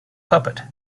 puppet